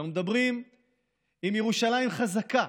שאנחנו מדברים עם ירושלים חזקה,